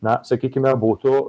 na sakykime būtų